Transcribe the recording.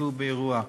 שטיפלו באירוע.